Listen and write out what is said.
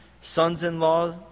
sons-in-law